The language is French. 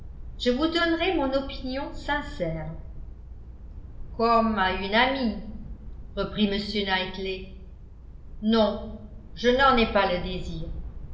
je vous donnerai mon opinion sincère comme à une amie reprit m knightley non je n'en ai pas le désir